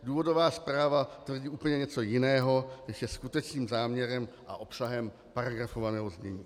Důvodová zpráva tvrdí úplně něco jiného, než je skutečným záměrem a obsahem paragrafovaného znění.